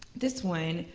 this one.